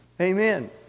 Amen